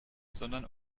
sondern